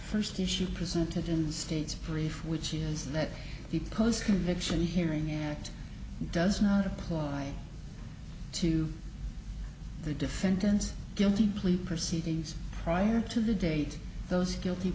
first issue presented in the state's brief which is that the post conviction hearing act does not apply to the defendants guilty plea proceedings prior to the date those guilty